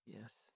Yes